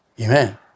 Amen